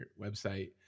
website